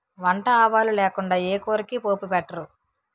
వంట ఆవాలు లేకుండా ఏ కూరకి పోపు పెట్టరు